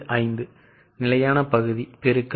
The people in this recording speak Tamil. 25 நிலையான பகுதி X 1